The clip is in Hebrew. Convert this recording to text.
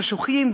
חשוכים,